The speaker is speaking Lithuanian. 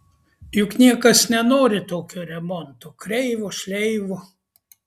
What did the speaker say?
juk niekas nenori tokio remonto kreivo šleivo